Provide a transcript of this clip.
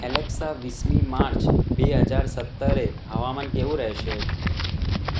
Alexa વીસમી March બે હજાર સત્તરે હવામાન કેવું રહેશે